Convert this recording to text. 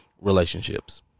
relationships